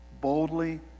boldly